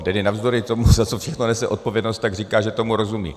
Tedy navzdory tomu, za co všechno nese odpovědnost, tak říká, že tomu rozumí.